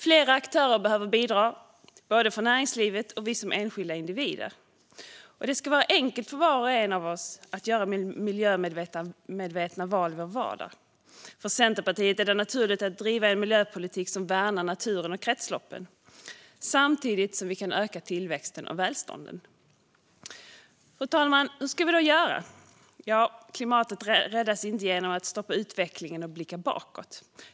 Flera aktörer behöver bidra, och det gäller både näringslivet och oss som enskilda individer. Det ska vara enkelt för var och en av oss att göra miljömedvetna val i vår vardag. För Centerpartiet är det naturligt att driva en miljöpolitik som värnar naturen och kretsloppen samtidigt som vi kan öka tillväxten och välståndet. Fru talman! Hur ska vi då göra? Ja, klimatet räddas inte genom att vi stoppar utvecklingen och blickar bakåt.